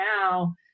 Now